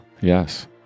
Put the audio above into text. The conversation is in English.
Yes